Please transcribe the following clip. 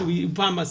שהוא פעם עשה.